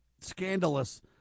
scandalous